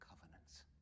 covenants